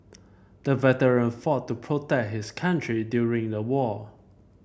the veteran fought to protect his country during the war